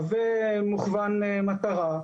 בנחלים ובמפרץ אילת.